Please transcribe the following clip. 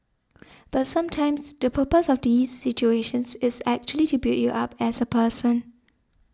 but sometimes the purpose of these situations is actually to build you up as a person